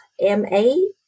M-A